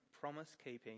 promise-keeping